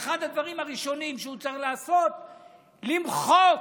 אחד הדברים הראשונים שהוא צריך לעשות הוא למחוק